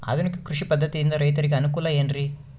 ಆಧುನಿಕ ಕೃಷಿ ಪದ್ಧತಿಯಿಂದ ರೈತರಿಗೆ ಅನುಕೂಲ ಏನ್ರಿ?